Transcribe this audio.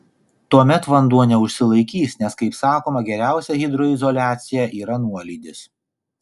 tuomet vanduo neužsilaikys nes kaip sakoma geriausia hidroizoliacija yra nuolydis